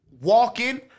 walking